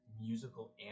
musical